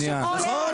נכון?